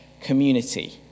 community